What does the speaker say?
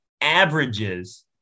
averages –